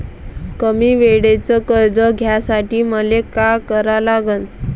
कमी वेळेचं कर्ज घ्यासाठी मले का करा लागन?